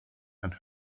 and